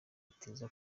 iteze